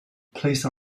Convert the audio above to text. placed